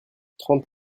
trente